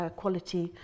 quality